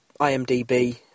IMDb